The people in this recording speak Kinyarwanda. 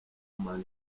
money